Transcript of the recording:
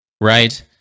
right